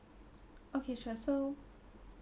okay sure so